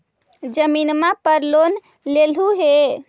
जमीनवा पर लोन लेलहु हे?